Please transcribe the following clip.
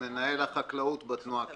מנהל החקלאות בתנועה הקיבוצית.